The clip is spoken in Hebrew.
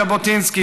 ז'בוטינסקי,